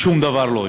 שום דבר לא השתנה.